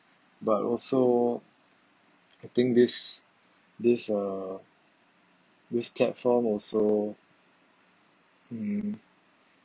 but also I think this this uh this platform also mm